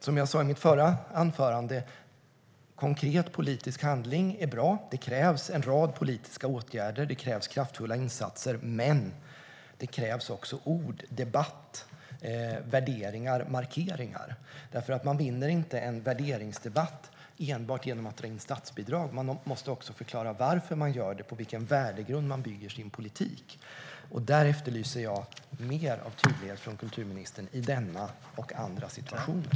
Som jag sa i mitt förra inlägg är konkret politisk handling bra. Det krävs en rad politiska åtgärder och kraftfulla insatser, men det krävs också ord, debatt, värderingar och markeringar. Man vinner inte en värderingsdebatt enbart genom att dra in statsbidrag, utan man måste också förklara varför man gör det och på vilken värdegrund man bygger sin politik. Jag efterlyser mer tydlighet från kulturministern i denna och andra situationer.